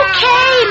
Okay